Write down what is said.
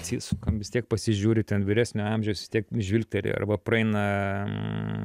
atsisukam vis tiek pasižiūri ten vyresnio amžiaus vis tiek žvilgteri arba praeina